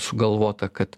sugalvota kad